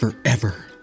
forever